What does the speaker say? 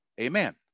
amen